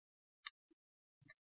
വിദ്യാർത്ഥി T 0